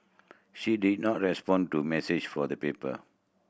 she did not respond to message for the paper